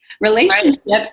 Relationships